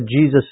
Jesus